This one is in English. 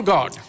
God